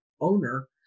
owner